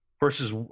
versus